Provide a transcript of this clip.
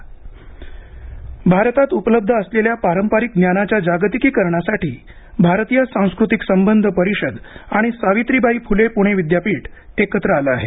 यटिक्स भारतात उपलब्ध असलेल्या पारंपरिक ज्ञानाच्या जागतिकीकरणासाठी भारतीय सांस्कृतिक संबंध परिषद आणि सावित्रीबाई फुले पुणे विद्यापीठ एकत्र आलं आहे